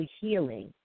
healing